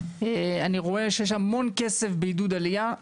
אני רואה שיש המון כסף בעידוד עלייה.